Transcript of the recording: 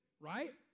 right